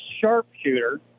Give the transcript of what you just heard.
sharpshooter